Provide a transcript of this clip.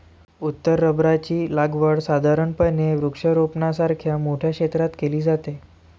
उत्तर रबराची लागवड साधारणपणे वृक्षारोपणासारख्या मोठ्या क्षेत्रात केली जाते